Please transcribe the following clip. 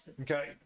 Okay